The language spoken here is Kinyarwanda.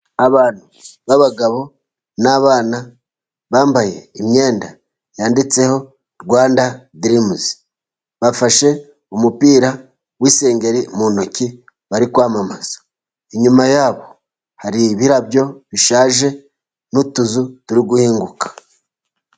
Abantu b' abagabo n' abana, bambaye imyenda yanditseho Rwanda dirimusi, bafashe umupira w' isengeri mu ntoki bari kwamamaza, inyuma yabo hari ibirabyo bishaje n' utuzu turi guhinguka.